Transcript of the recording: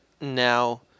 now